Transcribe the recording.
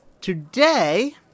Today